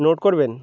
note করবেন